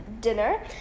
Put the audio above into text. dinner